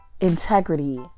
integrity